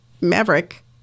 Maverick